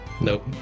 Nope